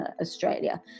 Australia